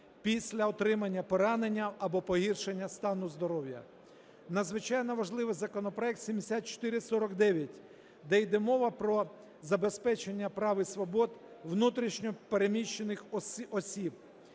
після отримання поранення або погіршення стану здоров'я. Надзвичайно важливий законопроект 7449, де йде мова про забезпечення прав і свобод внутрішньо переміщених осіб.